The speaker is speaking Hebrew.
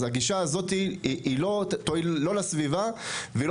אז הגישה הזאת היא לא תועיל לא לסביבה והיא